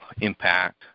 impact